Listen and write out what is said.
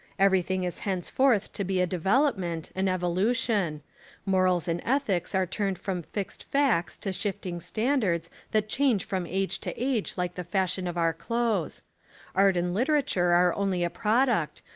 everything is henceforth to be a development, an evolution morals and ethics are turned from fixed facts to shifting standards that change from age to age like the fashion of our clothes art and literature are only a product,